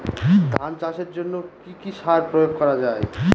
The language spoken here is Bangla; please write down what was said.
ধান চাষের জন্য কি কি সার প্রয়োগ করা য়ায়?